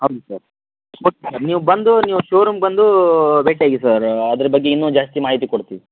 ಹೌದು sir okay sir ನೀವು ಬಂದು ನೀವು ಶೋರೂಮ್ಗೆ ಬಂದು ಭೇಟಿಯಾಗಿ ಸರ್ ಅದರ ಬಗ್ಗೆ ಇನ್ನೂ ಜಾಸ್ತಿ ಮಾಹಿತಿ ಕೊಡ್ತೀವಿ